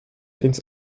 ins